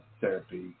therapy